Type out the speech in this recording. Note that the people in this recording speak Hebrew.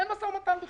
אין משא ומתן בכלל.